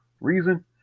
reason